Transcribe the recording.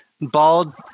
bald